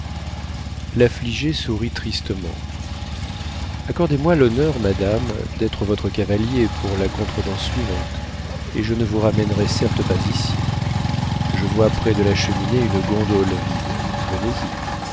l'affligée sourit tristement accordez-moi l'honneur madame d'être votre cavalier pour la contredanse suivante et je ne vous ramènerai certes pas ici je vois près de la cheminée une gondole vide venez-y